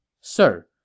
Sir